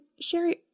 Sherry